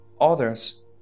others